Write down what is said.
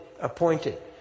appointed